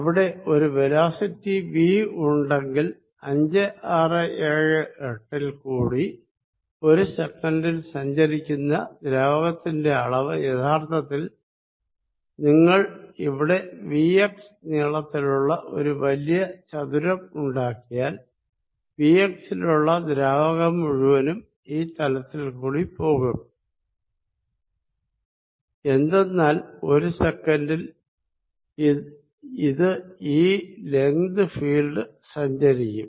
അവിടെ ഒരു velocity V ഉണ്ടെങ്കിൽ 5 6 7 8 ൽ കൂടി ഒരു സെക്കൻഡിൽ സഞ്ചരിക്കുന്ന ദ്രാവകത്തിന്റെ അളവ് യഥാർത്ഥത്തിൽ നിങ്ങൾ ഇവിടെ vx നീളത്തിലുള്ള ഒരു വലിയ റെക്ടാങ്ക്ൾ ഉണ്ടാക്കിയാൽ vx ലുള്ള ദ്രാവകം മുഴുവനും ഈ തലത്തിൽകൂടി പോകും എന്തെന്നാൽ ഒരു സെക്കൻഡിൽ ഇത് ഈ ലെങ്ത് ഫീൽഡ് സഞ്ചരിക്കും